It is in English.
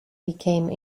became